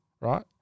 right